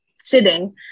sitting